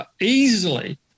easily